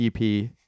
EP